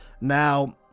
Now